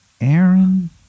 Aaron